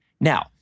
Now